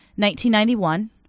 1991